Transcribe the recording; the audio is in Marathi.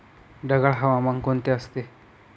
ढगाळ हवामान कोणते असते?